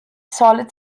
solid